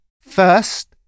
First